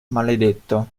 maledetto